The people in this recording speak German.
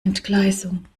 entgleisung